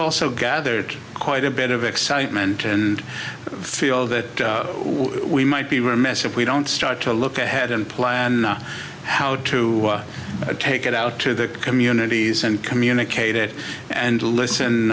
also gathered quite a bit of excitement and feel that we might be remiss if we don't start to look ahead and plan how to take it out to the communities and communicate it and listen